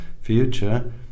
future